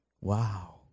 Wow